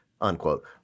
unquote